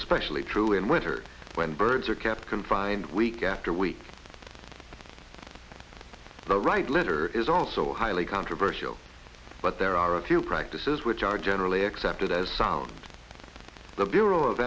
especially true in winter when birds are kept confined week after week three the right litter is also highly controversial but there are a few practices which are generally accepted as sound the bureau of